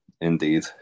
indeed